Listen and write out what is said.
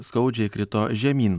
skaudžiai krito žemyn